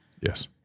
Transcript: Yes